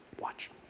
Watch